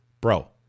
bro